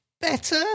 better